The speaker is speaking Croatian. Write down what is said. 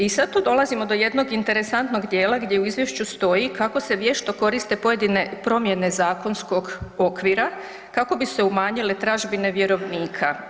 I sad tu dolazimo do jednog interesantnog dijela gdje u izvješću stoji kako se vješto koriste pojedine promjene zakonskog okvira kako bi se umanjile tražbine vjerovnika.